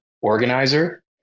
organizer